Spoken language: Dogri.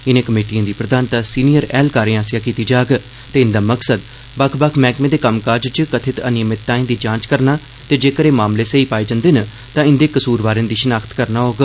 इनें कमेटिए दी प्रधानता सीनियर ऐह्लकारें आसेआ कीती जाग ते इव्वा मकसद बक्ख बक्ख मैहकमें दे कम्मकाज च कथित अनियमितताए दी जाव्व करना ते जेक्कर एह मामले सेई पाए जव्वे न ता इवे कसूरवारें दी शिनाख्त करना होग